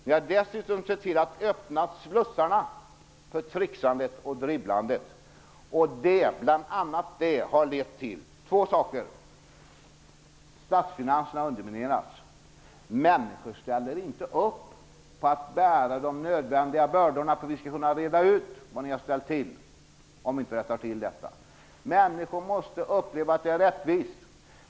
Ni har dessutom sett till att öppna slussarna för trixandet och dribblandet. Det är bl.a. det som har lett till att statsfinanserna har underminerats. Människor ställer inte upp på att bära de nödvändiga bördorna för att vi skall kunna reda ut det ni har ställt till om ni inte rättar till detta. Människor måste uppleva att det är rättvist.